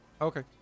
Okay